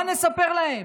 מה נספר להם?